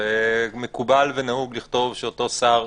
ומקובל ונהוג לכתוב שאותו שר,